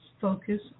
focus